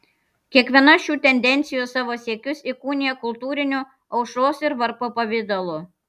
kiekviena šių tendencijų savo siekius įkūnija kultūriniu aušros ir varpo pavidalu